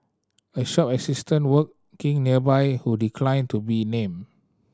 a shop assistant working nearby who declined to be named